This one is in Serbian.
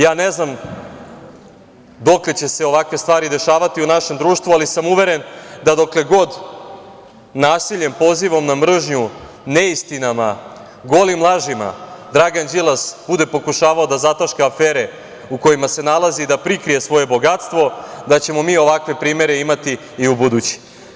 Ja ne znam dokle će se ovakve stvari dešavati u našem društvu, ali sam uveren da dokle god nasiljem, pozivom na mržnju, neistinama, golim lažima Dragan Đilas bude pokušavao da zataška afere u kojima se nalazi, da prikrije svoje bogatstvo, da ćemo mi ovakve primere imati i u buduće.